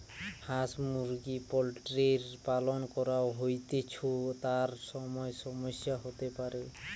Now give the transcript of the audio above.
হাঁস মুরগি পোল্ট্রির পালন করা হৈতেছু, তার সময় সমস্যা হতে পারে